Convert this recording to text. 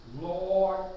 Lord